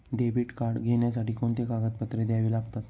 Debit card घेण्यासाठी कोणती कागदपत्रे द्यावी लागतात?